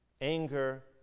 anger